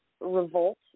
revolt